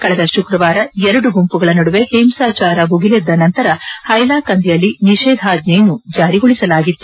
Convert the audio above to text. ಕಳೆದ ಶುಕ್ರವಾರ ಎರಡು ಗುಂಪುಗಳ ನಡುವೆ ಹಿಂಸಾಚಾರ ಭುಗಿಲೆದ್ದ ನಂತರ ಹೈಲಾಕಂದಿಯಲ್ಲಿ ನಿಷೇಧಾಜ್ಞೆಯನ್ನು ಜಾರಿಗೊಳಿಸಲಾಗಿತ್ತು